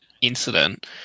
incident